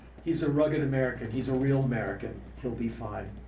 he's a rugged american. he's a real american. he'll be fine.